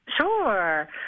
Sure